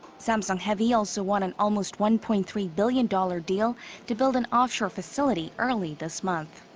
samsung heavy also won an almost one-point-three billion dollar deal to build an offshore facility early this month.